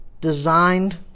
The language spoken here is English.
designed